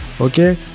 Okay